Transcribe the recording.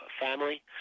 family